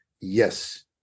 Yes